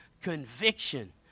conviction